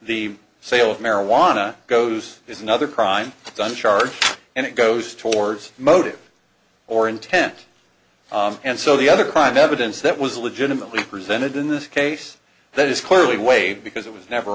the sale of marijuana goes is another crime gun charge and it goes towards motive or intent and so the other crime evidence that was legitimately presented in this case that is clearly waived because it was never